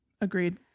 agreed